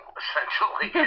essentially